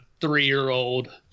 three-year-old